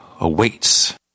awaits